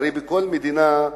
הרי בכל מדינה,